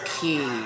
key